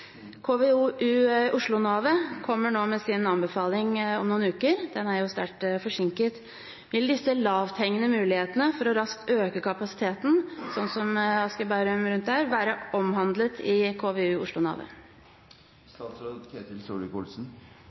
kommer med sin anbefaling om noen uker; den er jo sterkt forsinket. Vil disse lavthengende mulighetene for raskt å øke kapasiteten, f.eks. i Asker, Bærum og der omkring, være omhandlet i KVU